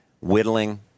whittling